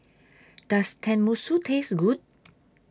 Does Tenmusu Taste Good